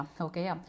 okay